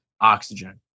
oxygen